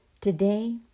Today